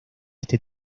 este